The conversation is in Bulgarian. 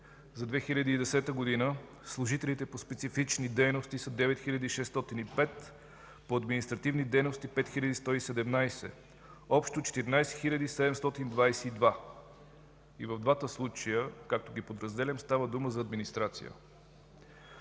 За 2010 г. служителите по специфични дейности са 9605; по административни дейности – 5117, общо – 14 722 души. И в двата случая, както ги подразделям, става дума за администрация.